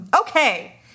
Okay